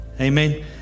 amen